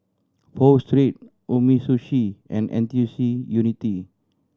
Pho Street Umisushi and N T U C Unity